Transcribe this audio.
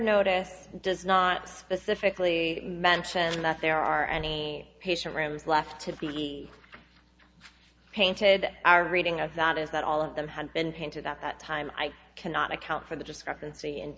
notice does not specifically mention that there are any patient rooms left to be painted our reading of that is that all of them had been painted at that time i cannot account for the discrepancy